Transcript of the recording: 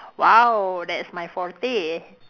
!wow! that's my forte